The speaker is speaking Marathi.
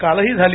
कालही झाली